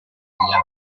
soglia